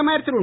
பிரதமர் திரு